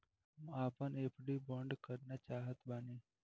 हम आपन एफ.डी बंद करना चाहत बानी